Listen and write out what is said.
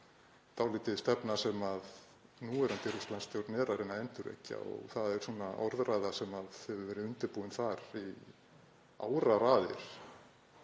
dálítið stefna sem núverandi Rússlandsstjórn er að reyna að endurvekja og það er orðræða sem hefur verið undirbúin þar í áraraðir.